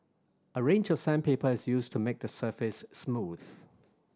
a range of sandpaper is used to make the surface smooth